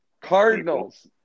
Cardinals